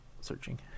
searching